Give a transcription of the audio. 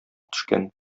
төшкән